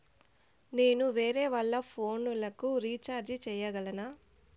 నేను వేరేవాళ్ల ఫోను లకు రీచార్జి సేయగలనా?